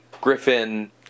Griffin